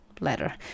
letter